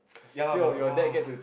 ya lah but !wah!